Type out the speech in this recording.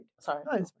sorry